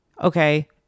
okay